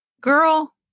girl